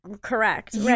Correct